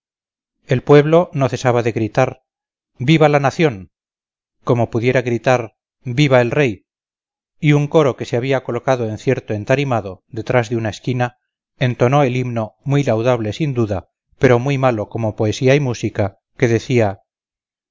el pueblo no cesaba de gritar viva la nación como pudiera gritar viva el rey y un coro que se había colocado en cierto entarimado detrás de una esquina entonó el himno muy laudable sin duda pero muy malo como poesía y música que decía